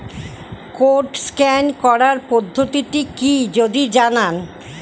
Code scan করার পদ্ধতিটি কি যদি জানান?